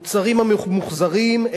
המוצרים הממוחזרים,